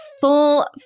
full